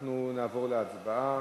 אנחנו נעבור להצבעה.